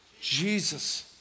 Jesus